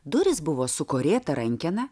durys buvo su korėta rankena